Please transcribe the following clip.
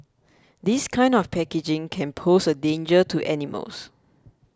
this kind of packaging can pose a danger to animals